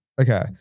Okay